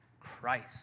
Christ